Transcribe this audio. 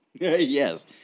Yes